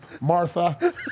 Martha